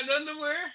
underwear